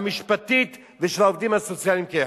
המשפטית ושל העובדים הסוציאליים כאחד.